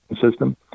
system